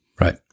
Right